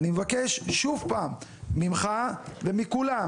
אני מבקש שוב ממך ומכולם,